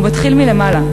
הוא מתחיל מלמעלה,